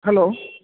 hello